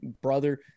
brother